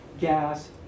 gas